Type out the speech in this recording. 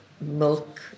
milk